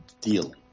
deal